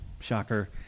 shocker